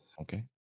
Okay